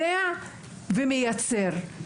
יודע ומייצר.